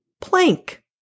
plank